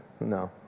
No